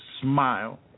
smile